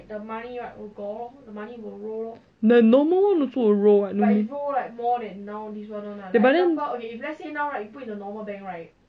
!aiyo! you shouldn't like that you shouldn't like force